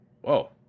Whoa